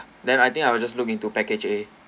then I think I will just look into package A